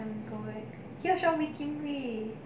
err go back here shall making we